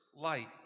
light